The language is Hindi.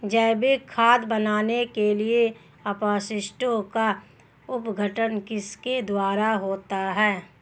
जैविक खाद बनाने के लिए अपशिष्टों का अपघटन किसके द्वारा होता है?